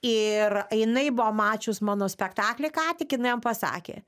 ir jinai buvo mačius mano spektaklį ką tik jinai jam pasakė